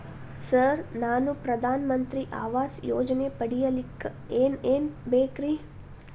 Sir ನಾನು ಪ್ರಧಾನ ಮಂತ್ರಿ ಆವಾಸ್ ಯೋಜನೆ ಪಡಿಯಲ್ಲಿಕ್ಕ್ ಏನ್ ಏನ್ ಬೇಕ್ರಿ?